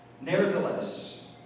Nevertheless